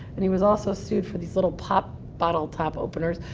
and he was also sued for these little pop bottle top openers,